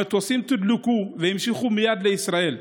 המטוסים תודלקו והמשיכו מייד לישראל.